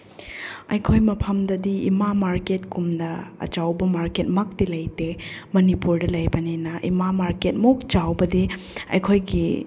ꯑꯩꯈꯣꯏ ꯃꯐꯝꯗꯗꯤ ꯏꯃꯥ ꯃꯥꯔꯀꯦꯠꯀꯨꯝꯅ ꯑꯆꯧꯕ ꯃꯥꯔꯀꯦꯠꯃꯛꯇꯤ ꯂꯩꯇꯦ ꯃꯅꯤꯄꯨꯔꯗ ꯂꯩꯕꯅꯤꯅ ꯏꯃꯥ ꯃꯥꯔꯀꯦꯠꯃꯨꯛ ꯆꯥꯎꯕꯗꯤ ꯑꯩꯈꯣꯏꯒꯤ